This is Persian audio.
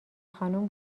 خانم